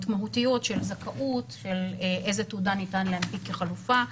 מהותיות של זכאות איזה תעודה ניתן להנפיק כחלופה,